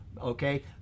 okay